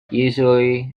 usually